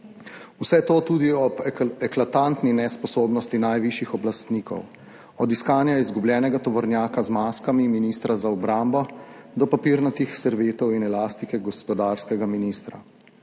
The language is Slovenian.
Vse to tudi ob eklatantni nesposobnosti najvišjih oblastnikov, od iskanja izgubljenega tovornjaka z maskami ministra za obrambo do papirnatih servetov in elastike gospodarskega ministra.